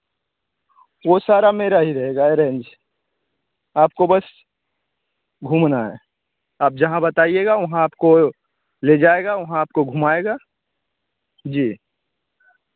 वह सारा मेरा ही रहेगा अरेंज आपको बस घूमना है आप जहाँ बताईएगा वहाँ आपको ले जाएगा वहाँ आपको घुमाएगा जी